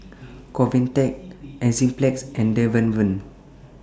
Convatec Enzyplex and Dermaveen